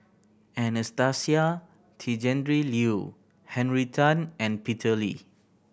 Anastasia Tjendri Liew Henry Tan and Peter Lee